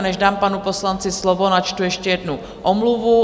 Než dám panu poslanci slovo, načtu ještě jednu omluvu.